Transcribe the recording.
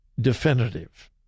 definitive